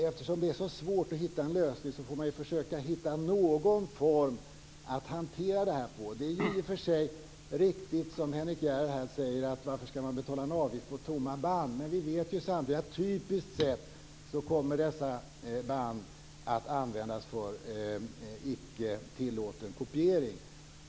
Eftersom det är så svårt att hitta en lösning får man försöka hitta någon form att hantera detta på. Det är i och för sig riktigt som Henrik S Järrel säger: Varför skall man betala en avgift på tomma band? Men vi vet ju att typiskt sett kommer dessa band att användas för icke tillåten kopiering.